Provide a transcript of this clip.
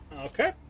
Okay